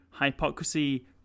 hypocrisy